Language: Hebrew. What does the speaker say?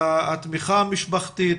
לתמיכה משפחתית